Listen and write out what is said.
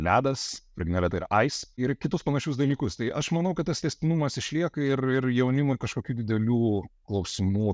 ledas bet neretai ir ice ir kitus panašius dalykus tai aš manau kad tas tęstinumas išlieka ir jaunimui kažkokių didelių klausimų